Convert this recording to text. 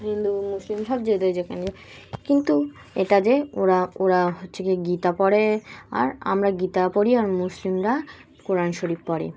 হিন্দু মুসলিম সব যাদের যেখানে যে কিন্তু এটা যে ওরা ওরা হচ্ছে কি গীতা পড়ে আর আমরা গীতা পড়ি আর মুসলিমরা কোরআন শরীফ পড়ে